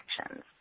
actions